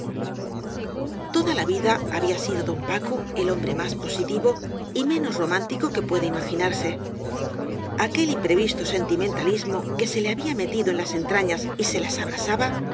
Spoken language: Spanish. toda la vida había sido don paco el hombre más positivo y menos romántico que puede imaginarse aquel imprevisto sentimentalismo que se le había metido en las entrañas y se las abrasaba